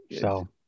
so-